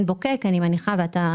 כמו עין בוקק וצין,